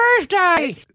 Thursday